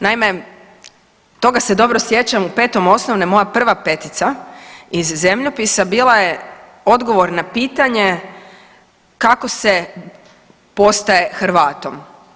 Naime, toga se dobro sjećam, u 5. osnovne, moja prva petica iz zemljopisa bila odgovor na pitanje kako se postaje Hrvatom.